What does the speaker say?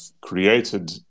created